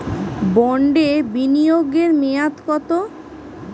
বন্ডে বিনিয়োগ এর মেয়াদ কত?